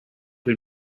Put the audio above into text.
him